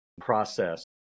process